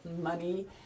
money